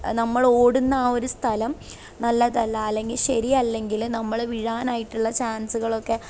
നമ്മൾ ഓടുന്ന ആ ഒരു സ്ഥലം നല്ലതല്ല അല്ലെങ്കിൽ ശരിയല്ലെങ്കിൽ നമ്മൾ വീഴാനായിട്ടുള്ള ചാൻസുകളൊക്കെ